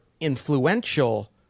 influential